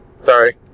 Sorry